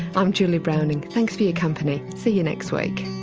i'm julie browning, thanks for your company, see you next week